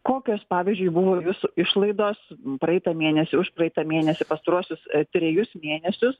kokios pavyzdžiui buvo jūsų išlaidos praeitą mėnesį užpraeitą mėnesį pastaruosius trejus mėnesius